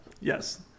Yes